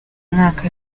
mwaka